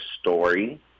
story